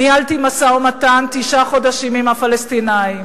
ניהלתי משא-ומתן תשעה חודשים עם הפלסטינים,